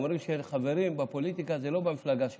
אבל אומרים שחברים בפוליטיקה זה לא במפלגה שלך.